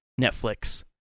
Netflix